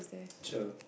cheer